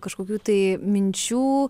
kažkokių tai minčių